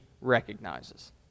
recognizes